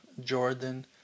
Jordan